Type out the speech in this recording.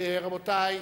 רבותי,